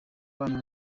abana